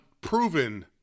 proven